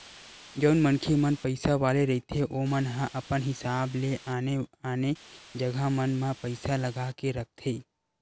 जउन मनखे मन पइसा वाले रहिथे ओमन ह अपन हिसाब ले आने आने जगा मन म पइसा लगा के रखथे